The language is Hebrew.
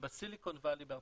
שבסיליקון ואלי בארה"ב,